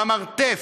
במרתף,